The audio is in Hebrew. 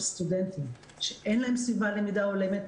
סטודנטים שאין להם סביבת למידה הולמת,